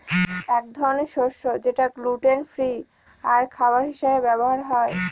এক ধরনের শস্য যেটা গ্লুটেন ফ্রি আর খাবার হিসাবে ব্যবহার হয়